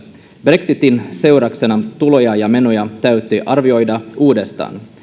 brexitin seurauksena tuloja ja menoja täytyy arvioida uudestaan